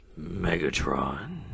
Megatron